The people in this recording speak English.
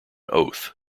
oath